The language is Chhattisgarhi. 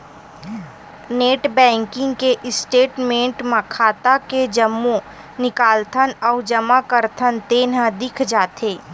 नेट बैंकिंग के स्टेटमेंट म खाता के जम्मो निकालथन अउ जमा करथन तेन ह दिख जाथे